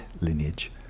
lineage